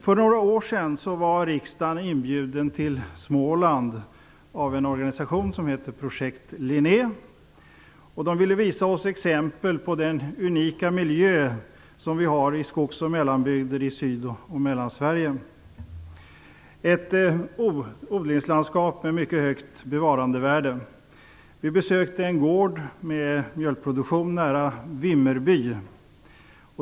För några år sedan var riksdagen inbjuden till Småland av organisationen Projekt Linné, som ville visa oss exempel på den unika miljö som finns i skogs och mellanbygder i Syd och Mellansverige. Det är ett odlingslandskap med mycket högt bevarandevärde. Vi besökte en gård med mjölkproduktion nära Vimmerby.